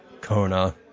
Kona